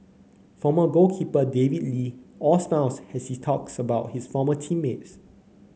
former goalkeeper David Lee all smiles has he talks about his former team mates